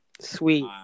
Sweet